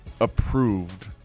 approved